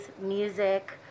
music